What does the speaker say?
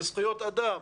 לזכויות אדם,